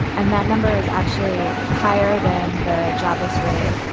and that number is actually higher than the jobless rate,